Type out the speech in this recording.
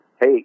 hey